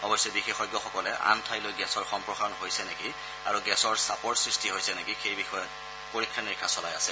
অৱশ্যে বিশেষজ্ঞসকলে আন ঠাইলৈ গেছৰ সম্প্ৰসাৰণ হৈছে নেকি আৰু গেছৰ চাপৰ সৃষ্টি হৈছে নেকি সেই বিষয়ত পৰীক্ষা নিৰীক্ষা চলাই আছে